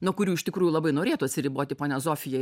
nuo kurių iš tikrųjų labai norėtų atsiriboti ponia zofija